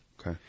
Okay